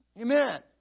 Amen